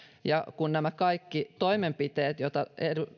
ja kun otetaan kaikki nämä toimenpiteet joita